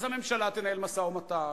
אז הממשלה תנהל משא-ומתן,